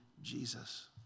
Jesus